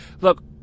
Look